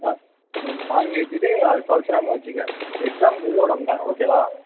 ஆ ம் வாங்கி வெச்சுட்டு அதை தொலைச்சிடாம வெச்சுக்க இல்லை எக்ஸாமுக்கு உள்ளே விட மாட்டாங்க ஓகேவா